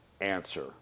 answer